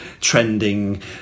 trending